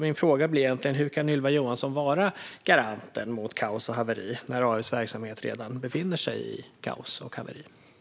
Min fråga blir: Hur kan Ylva Johansson vara garanten mot kaos och haveri när AF:s verksamhet redan befinner sig i kaos och haveri?